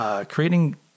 creating